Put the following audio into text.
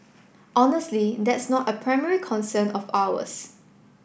honestly that's not a primary concern of ours